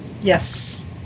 Yes